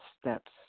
steps